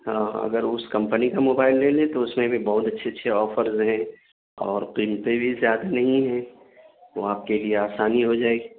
ہاں اگر اس کمپنی کا موبائل لے لیں تو اس میں بھی بہت اچھے اچھے آفرز ہیں اور قیمتیں بھی زیادہ نہیں ہیں وہ آپ کے لیے آسانی ہو جائے گی